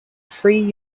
free